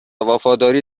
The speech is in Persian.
وفاداری